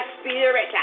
spirit